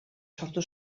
sortu